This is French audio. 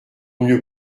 mieux